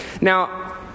Now